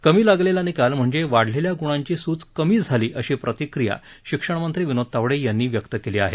कमी लागलेला निकाल म्हणजे वाढलेल्या ग्णांची सूज कमी झाली अशी प्रतिक्रिया शिक्षणमंत्री विनोद तावडे यांनी व्यक्त केली आहे